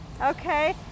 Okay